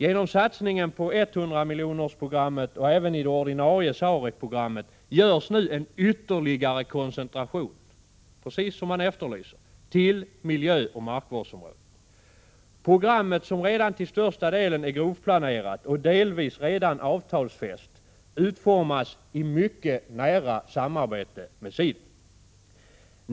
Genom satsningen på 100-miljonersprogrammet och även på det ordinarie SAREC-programmet görs nu en ytterligare koncentration, precis som man efterlyser, till miljöoch markvårdsområdet. Programmet, som redan till största delen är grovplanerat och delvis redan avtalsfäst, utformas i mycket nära samarbete med SIDA.